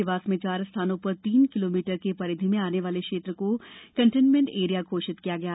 देवास में चार स्थानों पर तीन किलोमीटर की परिधि में आने वाले क्षेत्र को कण्टेनमेण्ट एरिया घोषित किया है